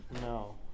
No